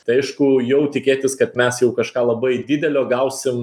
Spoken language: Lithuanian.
tai aišku jau tikėtis kad mes jau kažką labai didelio gausim